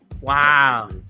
Wow